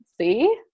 See